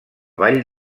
vall